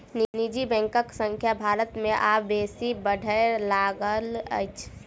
निजी बैंकक संख्या भारत मे आब बेसी बढ़य लागल अछि